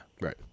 right